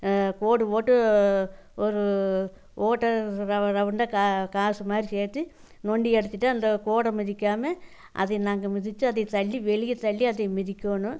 கோடு போட்டு ஒரு ஓட்டை ரவுண்டாக காசு மாதிரி சேர்த்து நொண்டி அடித்துட்டு அந்த கோட்டை மிதிக்காமல் அதை நாங்கள் மிதித்து அதை தள்ளி வெளியே தள்ளி அதையை மிதிக்கணும்